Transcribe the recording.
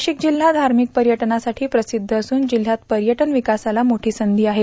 नाशिक जिल्हा धार्मिक पर्यटनासाठी प्रसिद्ध असून जिल्ह्यात पर्यटन विकासाला मोठी संधी आहे